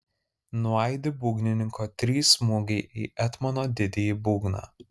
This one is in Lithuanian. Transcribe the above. nuaidi būgnininko trys smūgiai į etmono didįjį būgną